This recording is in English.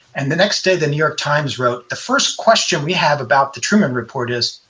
and the next day the new york times wrote, the first question we have about the truman report is,